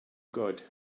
good